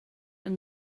yng